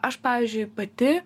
aš pavyzdžiui pati